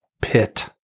pit